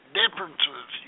differences